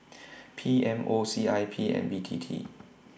P M O C I P and B T T